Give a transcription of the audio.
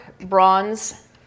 bronze